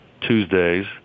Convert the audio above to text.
Tuesdays